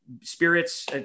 spirits